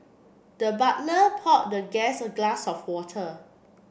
the butler poured the guest a glass of water